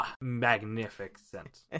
magnificent